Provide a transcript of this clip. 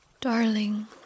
darling